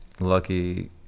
lucky